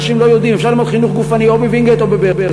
אנשים לא יודעים: אפשר ללמוד חינוך גופני או בווינגייט או בבאר-שבע.